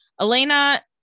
Elena